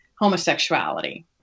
homosexuality